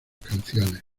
canciones